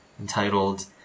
entitled